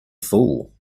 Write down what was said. fool